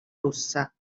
rossa